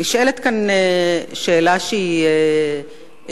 נשאלת כאן שאלה שהיא עקרונית,